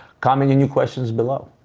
comment in your questions below.